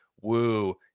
Woo